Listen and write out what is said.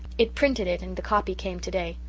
it printed it and the copy came today.